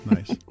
Nice